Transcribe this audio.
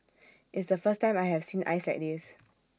it's the first time I have seen ice like this